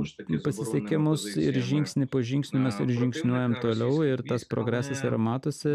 pasisekimus ir žingsnį po žingsnio mes žingsniuojam toliau ir tas progresas ir matosi